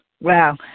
Wow